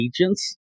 agents